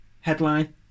headline